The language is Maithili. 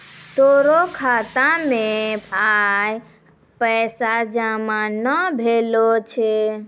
तोरो खाता मे आइ पैसा जमा नै भेलो छौं